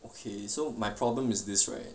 okay so my problem is this right